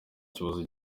kibazo